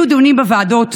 יהיו דיונים בוועדות,